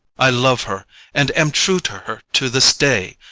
i love her and am true to her to this day.